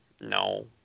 No